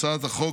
הצעת החוק,